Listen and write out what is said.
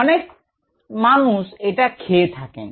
অনেক মানুষ এটা খেয়ে থাকেন